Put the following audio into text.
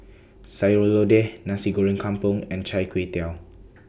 Sayur Lodeh Nasi Goreng Kampung and Chai Tow Kway